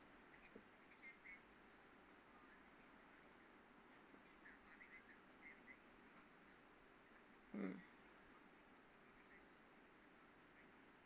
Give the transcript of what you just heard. mm